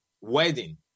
Wedding